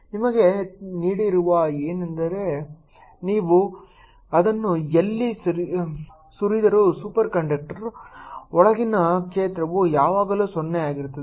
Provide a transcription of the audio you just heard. ನಿಮಗೆ ನೀಡಿರುವುದು ಏನೆಂದರೆ ನೀವು ಅದನ್ನು ಎಲ್ಲಿ ಸುರಿದರೂ ಸೂಪರ್ ಕಂಡಕ್ಟರ್ ಒಳಗಿನ ಕ್ಷೇತ್ರವು ಯಾವಾಗಲೂ 0 ಆಗಿರುತ್ತದೆ